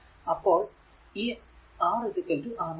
അപ്പോൾ ഈ R R1 R2